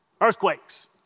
earthquakes